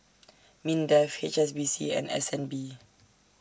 Mindef H S B C and S N B